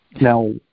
Now